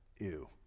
ew